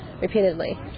repeatedly